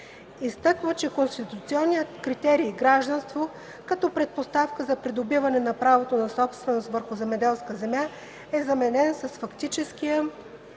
Изтъква, че конституционният критерий „гражданство” като предпоставка за придобиване на право на собственост върху земеделска земя е заменен с фактическия